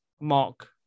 Mark